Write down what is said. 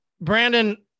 Brandon